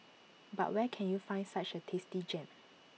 but where can you find such A tasty gem